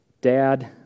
Dad